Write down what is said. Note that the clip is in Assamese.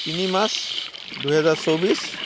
তিনি মাৰ্চ দুহেজাৰ চৌব্বিছ